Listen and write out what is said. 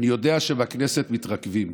אני יודע שבכנסת נרקבים,